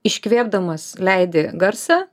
iškvėpdamas leidi garsą